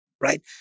right